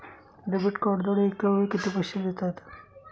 Debit कार्डद्वारे एकावेळी किती पैसे देता येतात?